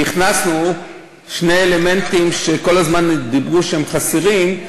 והכנסנו שני אלמנטים שכל הזמן אמרו שהם חסרים.